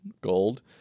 gold